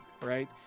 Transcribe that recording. right